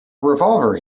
revolver